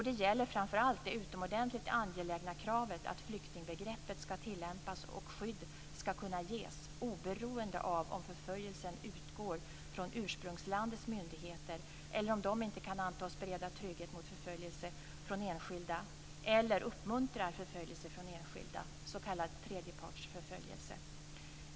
Det gäller framför allt det utomordentligt angelägna kravet att flyktingbegreppet ska tillämpas och skydd ska kunna ges oberoende av om förföljelsen utgår från ursprungslandets myndigheter eller om de inte kan antas bereda trygghet mot förföljelse från enskilda eller uppmuntrar förföljelse från enskilda, s.k. tredjepartsförföljelse.